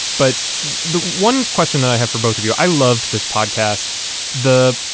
but the one question that i have for both of you i loved this podcast the.